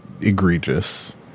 egregious